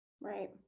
Right